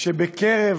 שבקרב